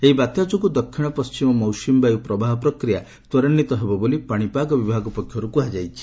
ଏହି ବାତ୍ୟା ଯୋଗୁଁ ଦକ୍ଷିଣ ପଶ୍ଚିମ ମୌସୁମୀ ବାୟୁ ପ୍ରବାହ ପ୍ରକ୍ରିୟା ତ୍ୱରାନ୍ଧିତ ହେବ ବୋଲି ପାଣିପାଗ ବିଭାଗ ପକ୍ଷରୁ କୁହାଯାଇଛି